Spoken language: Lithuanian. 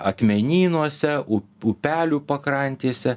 akmenynuose up upelių pakrantėse